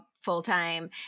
full-time